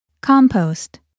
Compost